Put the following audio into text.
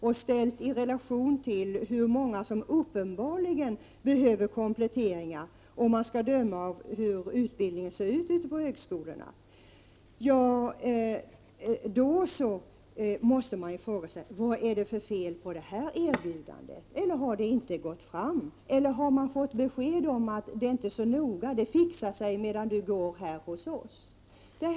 Om man ställer detta i relation till hur många som uppenbarligen behöver kompletteringar, att döma av hur utbildningen ser ut på högskolorna, måste man fråga vad det är för fel på detta erbjudande. Det kanske inte har gått fram. Eleverna kanske har fått besked om att det inte är så noga med denna särskilda studiegång, utan att det ändå skall ordna sig under den tid som de bedriver de vanliga studierna.